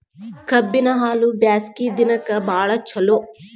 ಕಬ್ಬಿನ ಹಾಲು ಬ್ಯಾಸ್ಗಿ ದಿನಕ ಬಾಳ ಚಲೋ